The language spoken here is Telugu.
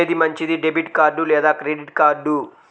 ఏది మంచిది, డెబిట్ కార్డ్ లేదా క్రెడిట్ కార్డ్?